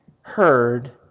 heard